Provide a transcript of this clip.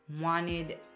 wanted